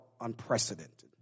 unprecedented